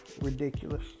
ridiculous